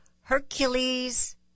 Hercules